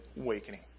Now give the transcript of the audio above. awakening